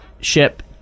ship